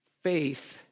faith